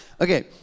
Okay